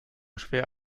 schwer